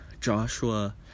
Joshua